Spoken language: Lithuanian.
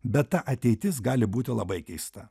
bet ta ateitis gali būti labai keista